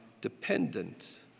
dependent